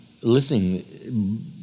listening